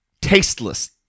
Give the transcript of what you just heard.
tasteless